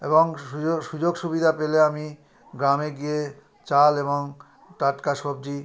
এবং সুযোগ সুযোগ সুবিধা পেলে আমি গ্রামে গিয়ে চাল এবং টাটকা সবজি